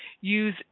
use